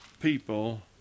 people